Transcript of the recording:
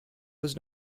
was